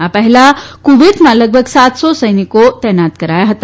આ પહેલા કુવૈતમાં લગભગ સાતસો સૈનિકો તૈનાત કરાયા છે